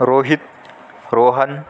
रोहितः रोहनः